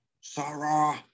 Sarah